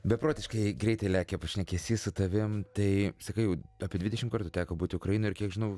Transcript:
beprotiškai greitai lekia pašnekesys su tavim tai sakai jau apie dvidešim kartų teko būti ukrainoj ir kiek žinau